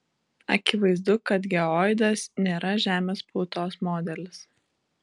akivaizdu kad geoidas nėra žemės plutos modelis